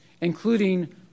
including